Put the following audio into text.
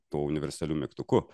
tuo universaliu mygtuku